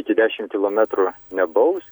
iki dešim kilometrų nebaus